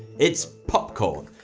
it's popcorn.